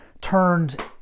turned